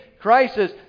crisis